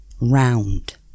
round